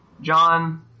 John